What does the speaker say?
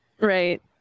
Right